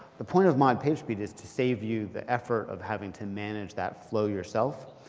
the point of mod pagespeed is to save you the effort of having to manage that flow yourself.